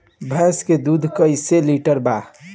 भैंस के दूध कईसे लीटर बा?